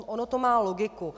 Ono to má logiku.